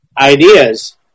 ideas